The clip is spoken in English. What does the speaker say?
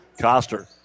Coster